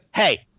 Hey